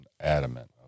adamant